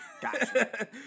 Gotcha